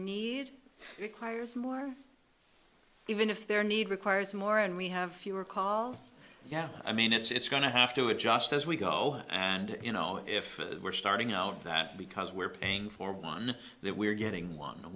needs choir's more even if their need requires more and we have fewer cars yeah i mean it's going to have to adjust as we go and you know if we're starting out that because we're paying for one that we're getting one